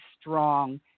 strong